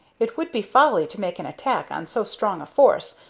it would be folly to make an attack on so strong a force,